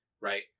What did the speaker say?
right